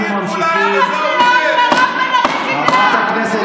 איך הם לא קיבלו עוד קריאה, איך?